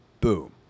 boom